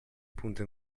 punto